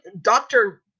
doctor